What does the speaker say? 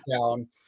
down